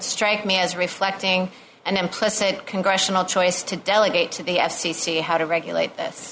strike me as reflecting an implicit congressional choice to delegate to the f c c how to regulate this